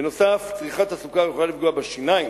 נוסף על כך, צריכת סוכר יכולה לפגוע בשיניים.